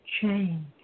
change